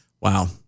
Wow